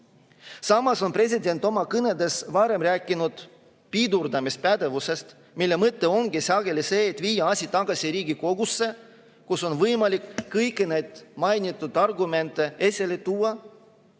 Samas on president oma kõnedes varem rääkinud pidurdamispädevusest, mille mõte ongi sageli viia asi tagasi Riigikogusse, kus on võimalik kõiki neid mainitud argumente esile tuua,